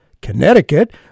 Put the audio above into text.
Connecticut